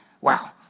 wow